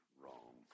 wrong